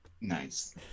Nice